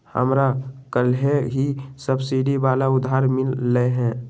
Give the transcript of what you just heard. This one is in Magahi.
हमरा कलेह ही सब्सिडी वाला उधार मिल लय है